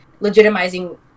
legitimizing